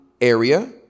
area